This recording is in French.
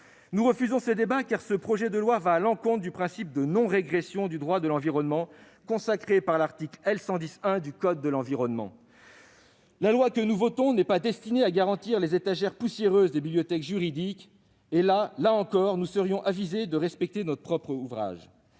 Nous refusons ce débat, car ce projet de loi va à l'encontre du principe de non-régression consacré par l'article L. 110-1 du code de l'environnement. La loi que nous votons n'est pas destinée à garnir les étagères poussiéreuses des bibliothèques juridiques et, là encore, nous serions avisés de respecter notre propre ouvrage.